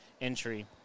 entry